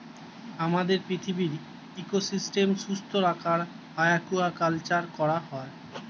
আমাদের পৃথিবীর ইকোসিস্টেম সুস্থ রাখতে অ্য়াকুয়াকালচার করা হয়